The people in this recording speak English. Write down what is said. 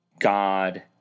God